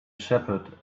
shepherd